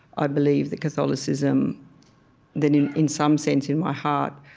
i believe that catholicism that in in some sense, in my heart,